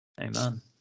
Amen